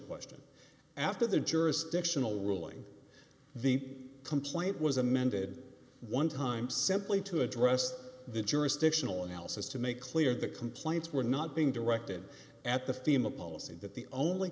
question after the jurisdictional ruling the complaint was amended one time simply to address the jurisdictional analysis to make clear that complaints were not being directed at the theme of policy that the only